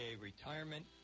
retirement